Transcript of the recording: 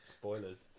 spoilers